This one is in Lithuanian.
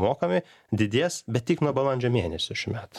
mokami didės bet tik nuo balandžio mėnesio šių metų